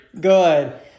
Good